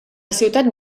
ciutat